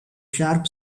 sharp